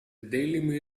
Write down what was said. daily